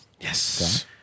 Yes